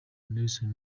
nelson